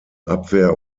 abwehr